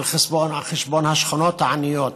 על חשבון השכונות העניות,